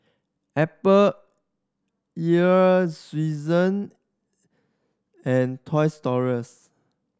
Apple Earl's Swensen and Toys Us